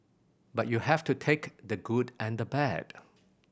but you have to take the good and the bad